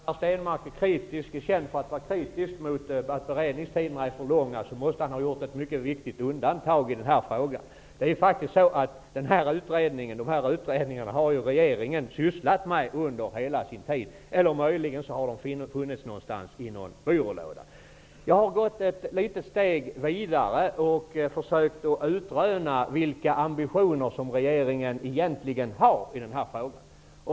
Herr talman! Per Stenmarck är känd för att vara kritisk mot för långa beredningstider. Då måste han ha gjort ett mycket viktigt undantag i denna fråga. Dessa utredningar har regeringen sysslat med under hela sin regeringstid, eller så har de legat någonstans i en byrålåda. Jag har gått ett litet steg vidare och försökt att utröna vilka ambitioner som regeringen egentligen har i denna fråga.